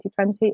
2020